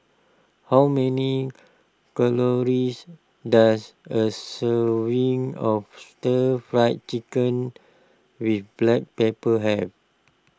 how many calories does a serving of Stir Fry Chicken with Black Pepper have